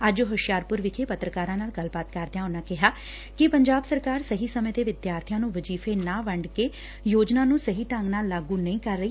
ਅੱਜ ਹੁਸ਼ਿਆਰਪੁਰ ਵਿਖੇ ਪੱਤਰਕਾਰਾਂ ਨਾਲ ਗੱਲਬਾਤ ਕਰਦਿਆਂ ਉਨਾਂ ਕਿਹਾ ਕਿ ਪੰਜਾਬ ਸਰਕਾਰ ਸਹੀ ਸਮੇਂ ਤੇ ਵਿਦਿਆਰਬੀਆਂ ਨੂੰ ਵਜੀਫ਼ੇ ਨਾ ਵੰਡ ਕੇ ਯੋਜਨਾ ਨੂੰ ਸਹੀ ਢੰਗ ਨਾਲ ਲਾਗੂ ਨਹੀਂ ਕਰ ਰਹੀ